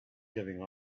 giving